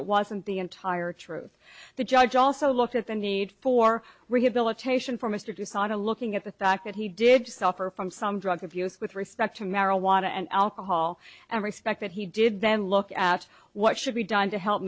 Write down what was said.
it wasn't the entire truth the judge also looked at the need for rehabilitation for mr tucson to looking at the fact that he did suffer from some drug abuse with respect to marijuana and alcohol and respect that he did then look at what should be done to help